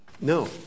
no